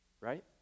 right